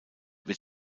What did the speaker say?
wird